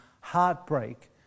heartbreak